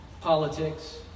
politics